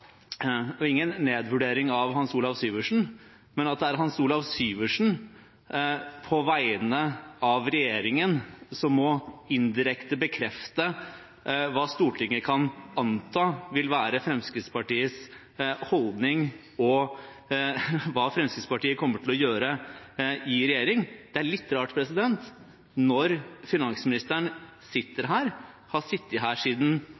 Og ingen nedvurdering av Hans Olav Syversen, men jeg synes også det er spesielt at det er han som på vegne av regjeringen indirekte må bekrefte hva Stortinget kan anta vil være Fremskrittspartiets holdning, og hva Fremskrittspartiet kommer til å gjøre i regjering. Det er litt rart når finansministeren sitter her og har sittet her siden